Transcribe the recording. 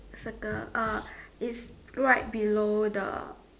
circle uh it's right below the